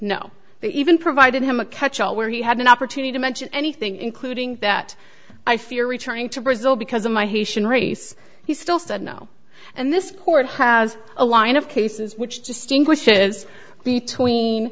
they even provided him a catchall where he had an opportunity to mention anything including that i fear returning to brazil because of my haitian race he still said no and this court has a line of cases which distinguishes between